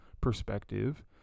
perspective